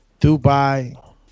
Dubai